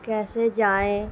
کیسے جائیں